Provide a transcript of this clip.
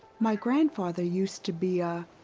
my grandfather used to be a.